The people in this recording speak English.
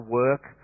work